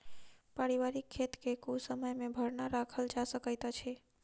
पारिवारिक खेत कुसमय मे भरना राखल जा सकैत अछि